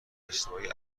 اشتباهی